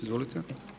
Izvolite.